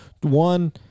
One